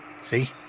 See